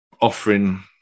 offering